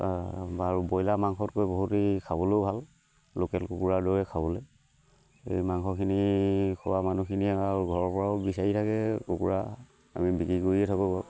বাৰু ব্ৰইলাৰ মাংসতকৈ বহুতেই খাবলেও ভাল লোকেল কুকুৰাৰ দৰে খাবলৈ এই মাংসখিনি খোৱা মানুহখিনি আৰু ঘৰৰ পৰাও বিচাৰি থাকে কুকুৰা আমি বিক্ৰী কৰিয়ে থাকোঁ ঘৰত